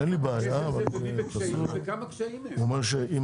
יושבים פה ומדברים על דברים --- אני רואה שהאולפנים גדלים וגדלים,